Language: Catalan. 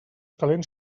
calents